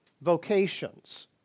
vocations